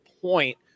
point